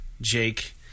Jake